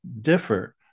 differ